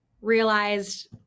realized